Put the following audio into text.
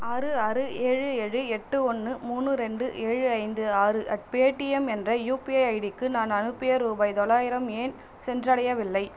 ஆறு ஆறு ஏழு ஏழு எட்டு ஒன்று மூணு ரெண்டு ஏழு ஐந்து ஆறு அட் பேடிம் என்ற யுபிஐ ஐடிக்கு நான் அனுப்பிய ரூபாய் தொள்ளாயிரம் ஏன் சென்றடையவில்லை